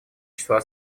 числа